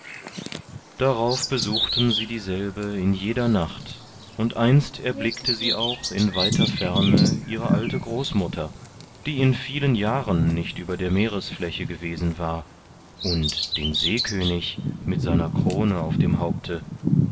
darauf besuchten sie dieselbe in jeder nacht und einst erblickte sie auch in weiter ferne ihre alte großmutter die in vielen jahren nicht über der meeresfläche gewesen war und den seekönig mit seiner krone auf dem haupte